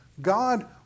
God